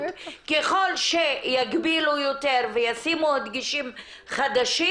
ככל שיגבילו יותר וישימו הדגשים חדשים,